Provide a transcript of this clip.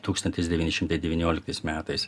tūkstantis devyni šimtai devynioliktais metais